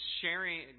sharing